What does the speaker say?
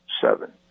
Seven